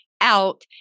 out